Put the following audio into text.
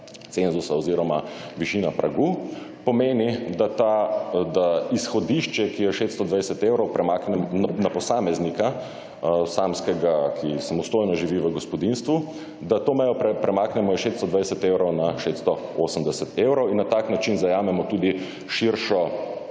oziroma višina pragu, pomeni, da izhodišče, ki je 620 evrov na posameznika samskega, ki samostojno živi v gospodinjstvu, da to mejo premaknemo iz 620 evrov na 680 evrov in na tak način zajamemo tudi širšo